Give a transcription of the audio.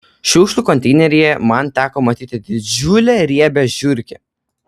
šiukšlių konteineryje man teko matyti didžiulę riebią žiurkę